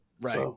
Right